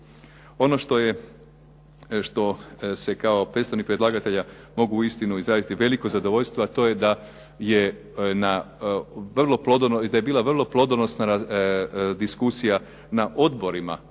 Ono što se kao predstavnik predlagatelja mogu uistinu izraziti veliko zadovoljstvo, a to je da je bila vrlo plodonosna diskusija na odborima,